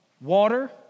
Water